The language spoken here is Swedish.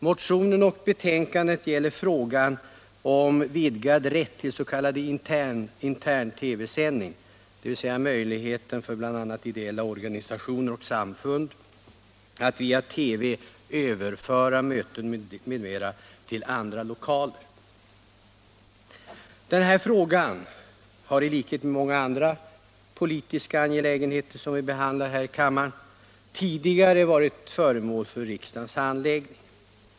Motionen och betänkandet gäller frågan om vidgad rätt till s.k. intern TV-sändning, dvs. möjligheten för bl.a. ideella organisationer och samfund att via TV överföra möten m.m. till andra lokaler. Den här frågan har i likhet med många andra politiska angelägenheter som vi behandlar här i kammaren tidigare varit föremål för riksdagens handläggning.